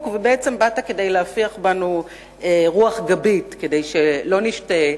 ובואך נועד להפיח בנו רוח כדי שלא נשתהה.